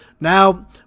Now